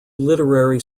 literary